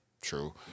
true